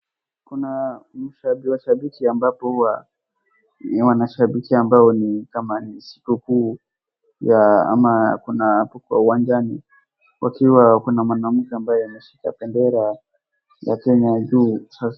Kuna shabiki ambapo hua ni wanashabiki ambao ni kama ni sikukuu ya ama kuna hapo kwa uwanjani wakiwa kuna mwanamke ambaye ameshika bendera ya Kenya juu .